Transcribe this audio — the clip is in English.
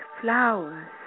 flowers